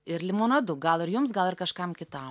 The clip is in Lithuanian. ir limonadu gal ir jums gal ir kažkam kitam